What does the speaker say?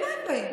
עם מה הם באים?